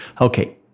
Okay